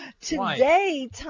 Today